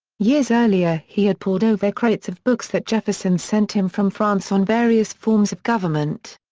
years earlier he had pored over crates of books that jefferson sent him from france on various forms of government.